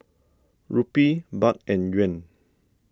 Rupee Baht and Yuan